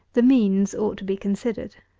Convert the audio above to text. the means ought to be considered.